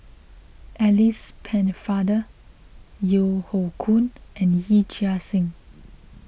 Alice Pennefather Yeo Hoe Koon and Yee Chia Hsing